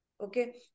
Okay